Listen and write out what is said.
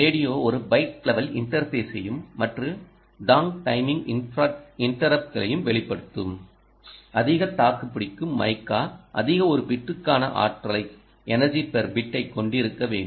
radio ஒரு byte level இன்டர்ஃபேஸையும் மற்றும் டாங் டைமிங் இன்டரப்ட்களையும் வெளிப்படுத்தும் அதிக தாக்குபிடிக்கும் மைகா அதிக ஒரு பிட்டுக்கான ஆற்றலைக் கொண்டிருக்க வேண்டும்